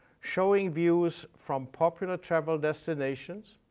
showing views from popular travel destinations,